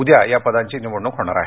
उद्या या पदांची निवडणूक होणार आहे